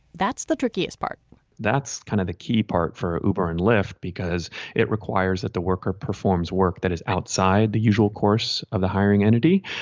that's the trickiest part that's kind of the key part for uber and lyft because it requires that the worker performs work that is outside the usual course of the hiring entity.